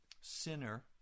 Sinner